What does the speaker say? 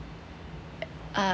uh